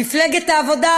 מפלגת העבודה,